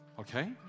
okay